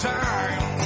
time